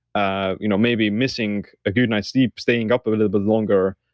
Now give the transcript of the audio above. ah you know maybe missing a good night's sleep, staying up a little bit longer,